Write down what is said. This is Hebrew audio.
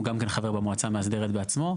הוא גם כן חבר במועצה המאסדרת בעצמו.